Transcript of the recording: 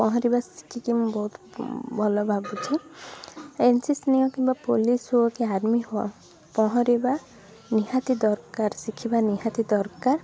ପହଁରିବା ଶିଖିକି ମୁଁ ବହୁତ ଭଲ ଭାବୁଛି ଏନ୍ ସି ସି ନିଅ କିମ୍ବା ପୋଲିସ୍ ହେଉ କିମ୍ବା ଆର୍ମୀ ହ ହେଉ ପହଁରିବା ନିହାତି ଦରକାର ଶିଖିବା ନିହାତି ଦରକାର